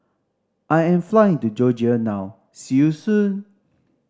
I am flying to Georgia now see you soon